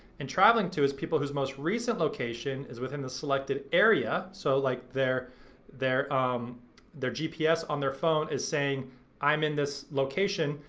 and traveling to is people who's most recent location is within the selected area. so like their their um gps on their phone is saying i'm in this location,